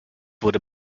wurde